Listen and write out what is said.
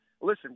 listen